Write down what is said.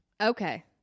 Okay